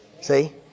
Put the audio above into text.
See